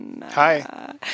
Hi